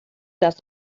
das